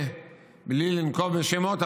בלי לנקוב בשמות,